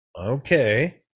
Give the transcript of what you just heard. Okay